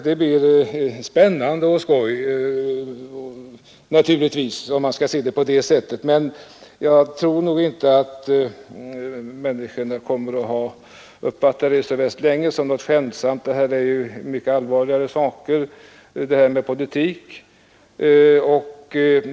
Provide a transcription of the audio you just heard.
Det blir naturligtvis spännande och skojigt — om man skall se saken på det sättet. Men jag tror inte att människorna så värst länge kommer att uppfatta det som särskilt skämtsamt; det här med politiken är mycket allvarliga saker.